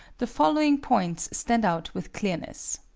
the following points stand out with clearness